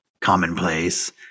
commonplace